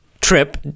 trip